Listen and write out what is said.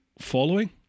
following